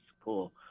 cool